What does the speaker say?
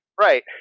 Right